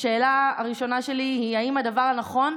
1. השאלה הראשונה שלי: האם הדבר נכון?